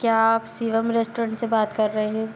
क्या आप शिवम रेस्टोरेंट से बात कर रहे हैं